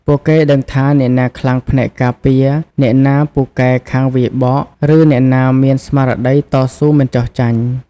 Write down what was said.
ពួកគេដឹងថាអ្នកណាខ្លាំងផ្នែកការពារ អ្នកណាពូកែខាងវាយបក ឬអ្នកណាមានស្មារតីតស៊ូមិនចុះចាញ់។